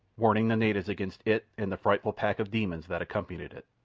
warning the natives against it and the frightful pack of demons that accompanied it.